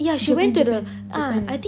japan japan japan